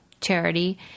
charity